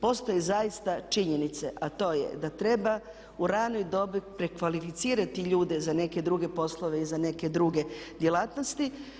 Postoje zaista činjenice a to je da treba u ranoj dobi prekvalificirati ljude za neke druge poslove i za neke druge djelatnosti.